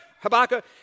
Habakkuk